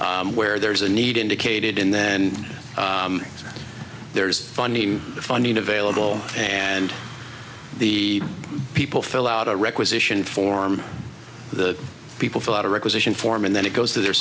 where there is a need indicated in then there's funny funding available and the people fill out a requisition form the people fill out a requisition form and then it goes to their